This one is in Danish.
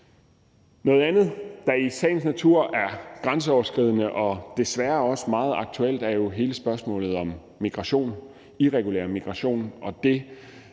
Noget andet, der i sagens natur er grænseoverskridende og desværre også meget aktuelt, er jo hele spørgsmålet om irregulær migration og det,